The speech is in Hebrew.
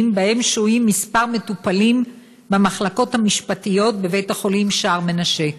שבהם שוהים כמה מטופלים במחלקות המשפטיות בבית-החולים שער מנשה.